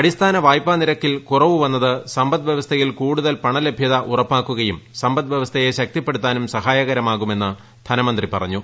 അടിസ്ഥാന വായ്പാ നിരക്കിൽ കുറവ് വന്നത് സമ്പദ് വ്യവസ്ഥയിൽ കൂടുതൽ പണ ലഭൃത ഉറപ്പാക്കുകയും സമ്പദ്ഘടനയെ ശക്തിപ്പെടുത്താനും സഹായകരമാകുമെന്ന് ധനമന്ത്രി പറഞ്ഞു